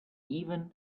even